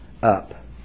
Up